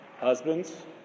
husbands